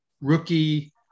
rookie